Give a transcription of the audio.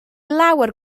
lawer